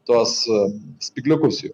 tuos spygliukusjų